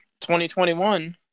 2021